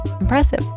Impressive